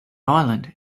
island